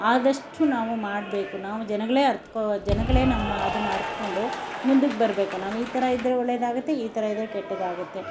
ಆದಷ್ಟು ನಾವು ಮಾಡಬೇಕು ನಾವು ಜನಗಳೇ ಅರ್ತ್ಕೊ ಜನಗಳೇ ನಮ್ಮ ಅದನ್ನು ಅರ್ತ್ಕೊಂಡು ಮುಂದಕ್ಕೆ ಬರಬೇಕು ನಾವು ಈ ಥರ ಇದ್ದರೆ ಒಳ್ಳೆಯದಾಗತ್ತೆ ಈ ಥರ ಇದ್ದರೆ ಕೆಟ್ಟದಾಗತ್ತೆ